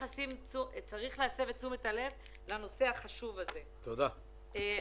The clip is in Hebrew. צריך להסב את תשומת הלב לנושא החשוב הזה.